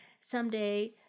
someday